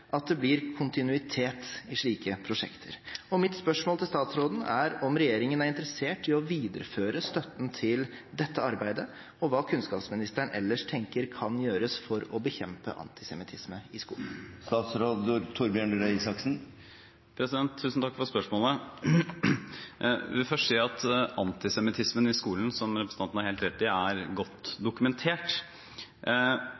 at det blir kontinuitet i slike prosjekter. Mitt spørsmål til statsråden er om regjeringen er interessert i å videreføre støtten til dette arbeidet, og hva kunnskapsministeren ellers tenker kan gjøres for å bekjempe antisemittisme i skolen. Tusen takk for spørsmålet. Jeg vil først si at antisemittismen i skolen er – som representanten har helt rett i – godt dokumentert